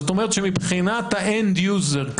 זאת אומרת שמבחינת משתמש הקצה כאן,